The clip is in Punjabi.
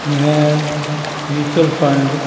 ਮੈਂ ਮਿਊਚਲ ਫ਼ੰਡ